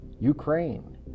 Ukraine